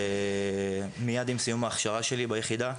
זה מיד עם סיום ההכשרה שלי ביחידה.